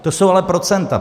To jsou ale procenta.